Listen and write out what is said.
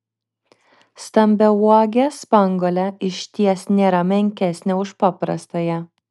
stambiauogė spanguolė išties nėra menkesnė už paprastąją